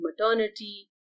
maternity